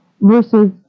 versus